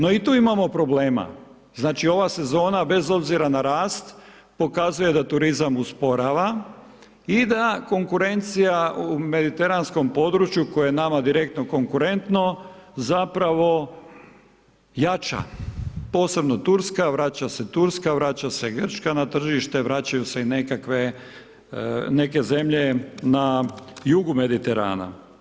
No i tu imamo problema, znači, ova sezona, bez obzira na rast, pokazuje da turizam usporava i da konkurencija u mediteranskom području koje je nama direktno konkurentno, zapravo, jača, posebno Turska, vraća se Turska, vraća se Grčka na tržište, vraćaju se i nekakve, neke zemlje na jugu Mediterana.